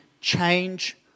change